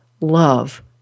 love